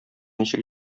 ничек